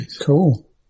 Cool